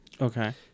okay